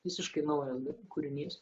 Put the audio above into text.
visiškai naujas kūrinys